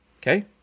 Okay